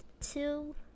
two